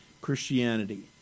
Christianity